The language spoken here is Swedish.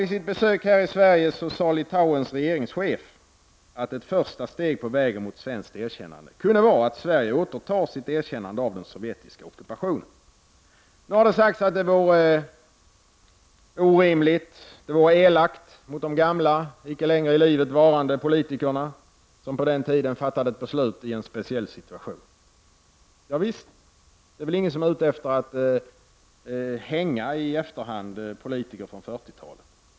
Vid sitt besök i Sverige sade Litauens regeringschef att ett första steg på vägen mot svenskt erkännande kunde vara att Sverige återtar sitt erkännande av den sovjetiska ockupationen. Det har sagts att det vore orimligt, att det vore elakt mot de gamla, icke längre i livet varande politikerna, som på den tiden fattade ett beslut i en speciell situation. Ja visst — det är väl ingen som är ute efter att i efterhand hänga politiker från 40-talet.